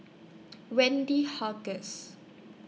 Wendy How Guess